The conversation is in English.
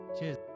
Cheers